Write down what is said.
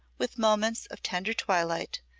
with moments of tender twilight,